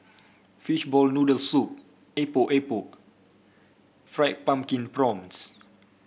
Fishball Noodle Soup Epok Epok Fried Pumpkin Prawns